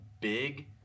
big